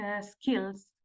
skills